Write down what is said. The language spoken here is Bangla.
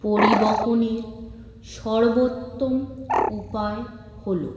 পরিবহনের সর্বোত্তম উপায় হল